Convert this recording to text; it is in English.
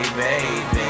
baby